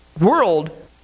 world